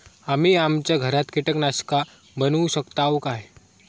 आम्ही आमच्या घरात कीटकनाशका बनवू शकताव काय?